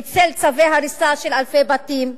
בצל צווי הריסה של אלפי בתים,